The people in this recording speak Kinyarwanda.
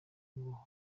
ngo